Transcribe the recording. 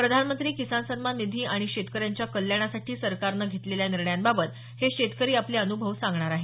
प्रधानमंत्री किसान सन्मान निधि आणि शेतकऱ्यांच्या कल्याणासाठी सरकारनं घेतलेल्या निर्णयांबाबत हे शेतकरी आपले अनुभव सांगणार आहेत